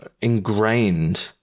ingrained